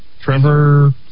Trevor